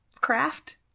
craft